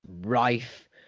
rife